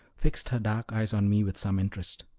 fixed her dark eyes on me with some interest.